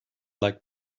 like